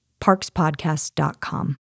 parkspodcast.com